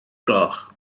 gloch